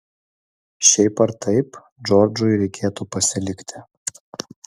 šiaip ar taip džordžui reikėtų pasilikti